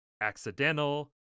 accidental